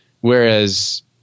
Whereas